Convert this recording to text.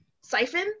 siphon